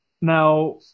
Now